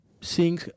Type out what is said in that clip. seeing